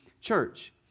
church